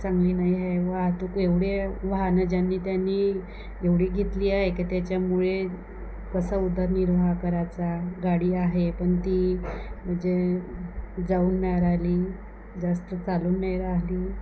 चांगली नाही आहे वाहतूक एवढे वाहनं ज्यांनी त्यांनी एवढी घेतली आहे की त्याच्यामुळे कसा उदरनिर्वाह करायचा गाडी आहे पण ती म्हणजे जाऊन नाही राहिली जास्त चालून नाही राहिली